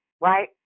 right